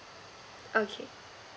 okay